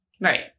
Right